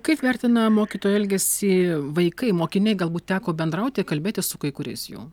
kaip vertina mokytojo elgesį vaikai mokiniai galbūt teko bendrauti kalbėtis su kai kuriais jų